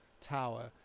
tower